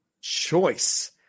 choice